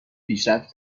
پیشرفت